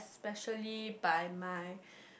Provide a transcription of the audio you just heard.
specially by my